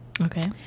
Okay